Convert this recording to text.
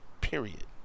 period